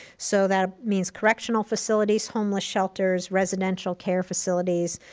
so that means correctional facilities, homeless shelters, residential care facilities,